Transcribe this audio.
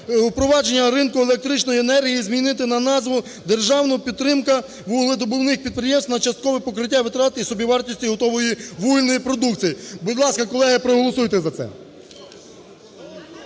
впровадження ринку електричної енергії" змінити на назву "Державна підтримка вугледобувних підприємств на часткове покриття витрат із собівартості готової вугільної продукції". Будь ласка, колеги, проголосуйте за це.